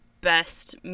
best